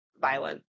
violent